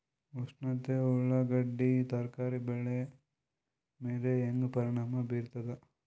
ಉಷ್ಣತೆ ಉಳ್ಳಾಗಡ್ಡಿ ತರಕಾರಿ ಬೆಳೆ ಮೇಲೆ ಹೇಂಗ ಪರಿಣಾಮ ಬೀರತದ?